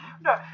No